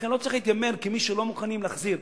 לכן, לא צריך להתיימר כמי שלא מוכנים להחזיר.